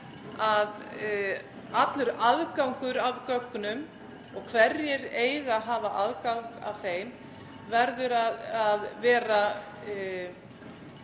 að allur aðgangur að gögnum og hverjir eiga að hafa aðgang að þeim verður að vera